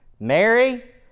Mary